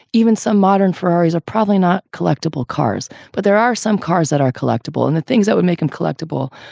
even some modern ferrari is probably not collectible cars. but there are some cars that are collectible. and the things that would make them collectible,